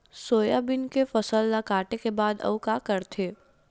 Soybean के फसल ल काटे के बाद आऊ का करथे?